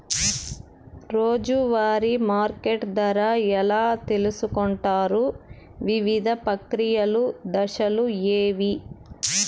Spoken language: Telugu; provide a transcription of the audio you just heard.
రోజూ వారి మార్కెట్ ధర ఎలా తెలుసుకొంటారు వివిధ ప్రక్రియలు దశలు ఏవి?